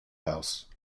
house